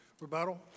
Rebuttal